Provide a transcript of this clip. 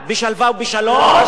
השקר הוא הפרנסה